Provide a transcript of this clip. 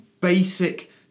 basic